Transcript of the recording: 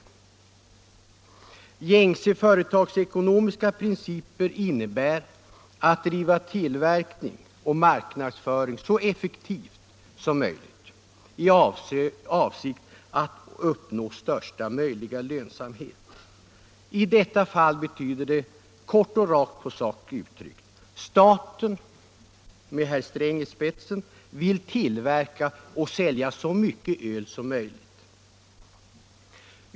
Gängse företagsekonomiska principer innebär att driva tillverkning och marknadsföring så effektivt som möjligt i avsikt att uppnå största möjliga lönsamhet. I detta fall betyder det kort och rakt på sakt: Staten med herr Sträng i spetsen vill tillverka och sälja så mycket öl som möjligt.